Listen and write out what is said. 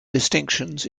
distinctions